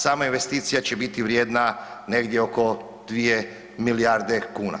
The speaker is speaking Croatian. Sama investicija će biti vrijedna negdje oko 2 milijarde kuna.